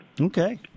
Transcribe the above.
Okay